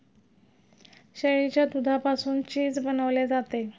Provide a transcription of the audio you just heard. शेळीच्या दुधापासून चीज बनवले जाते